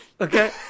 Okay